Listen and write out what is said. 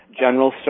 general